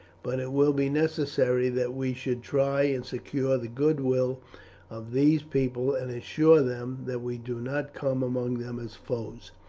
but it will be necessary that we should try and secure the goodwill of these people and assure them that we do not come among them as foes.